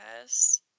Yes